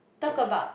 talk about